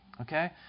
Okay